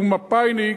שהוא מפא"יניק,